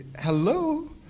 hello